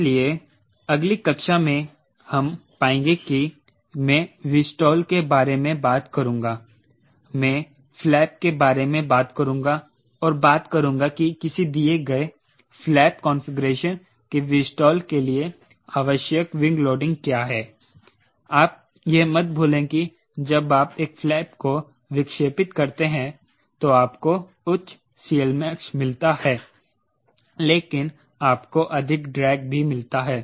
इसलिए अगली कक्षा में हम पाएंगे कि मैं Vstall के बारे में बात करूंगा मैं फ्लैप के बारे में बात करूंगा और बात करूंगा कि किसी दिए गए फ्लैप कॉन्फ़िगरेशन के Vstall के लिए आवश्यक विंग लोडिंग क्या है आप यह मत भूलें कि जब आप एक फ्लैप को विक्षेपित करते हैं तो आपको उच्च CLmax मिलता है लेकिन आपको अधिक ड्रैग भी मिलता है